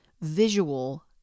visual